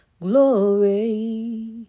Glory